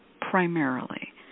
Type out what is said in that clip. primarily